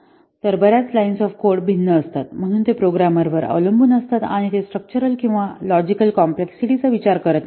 तर बर्याच lines of code भिन्न असतात म्हणून ते प्रोग्रामर वर अवलंबून असतात आणि ते स्ट्रक्चरल किंवा लॉजिकल कॉम्प्लेक्सिटीचा विचार करत नाहीत